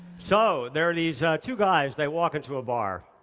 so, there are these two guys that walk into a bar,